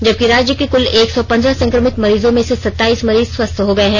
जबकि राज्य के कृल एक सौ पन्द्रह संक्रमित मरीजों में से सताईस मरीज स्वस्थ हो गए हैं